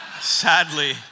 sadly